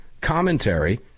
commentary